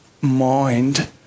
mind